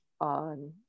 on